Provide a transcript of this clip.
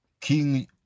King